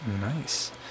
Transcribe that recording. nice